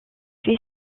fait